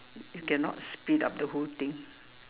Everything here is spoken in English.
cannot speed up the whole thing